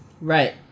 Right